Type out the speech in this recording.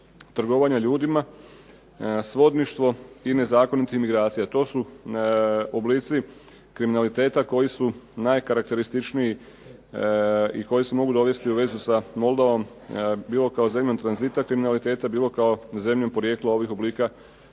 trgovanje ljudima, svodništvo i nezakonite imigracije. To su oblici kriminaliteta koji su najkarakterističniji i koji se mogu dovesti u vezu sa Moldovom bilo kao zemljom tranzita kriminaliteta, bilo kao zemljom porijekla ovih oblika